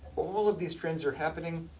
all of these trends are happening.